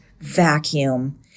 vacuum